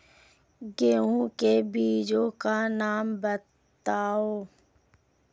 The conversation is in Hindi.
गेहूँ के बीजों के नाम बताओ?